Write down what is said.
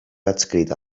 adscrita